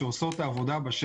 עו"ד מאיר אסרף,